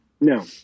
No